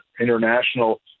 international